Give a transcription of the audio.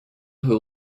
who